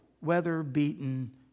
weather-beaten